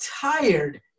tired